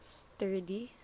sturdy